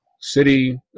City